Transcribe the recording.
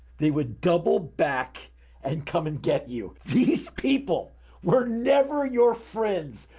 they would double back and come and get you. these people were never your friends.